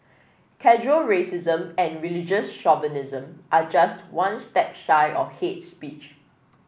casual racism and religious chauvinism are just one step shy of hate speech